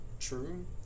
true